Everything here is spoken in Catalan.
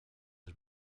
als